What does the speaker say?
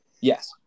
yes